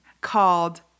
called